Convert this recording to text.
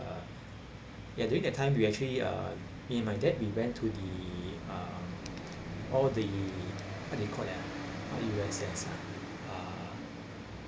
uh ya during that time we actually uh me and my dad we went to the um all the what you call that ah what U_S_S ah